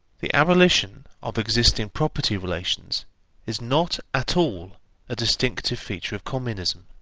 the abolition of existing property relations is not at all a distinctive feature of communism.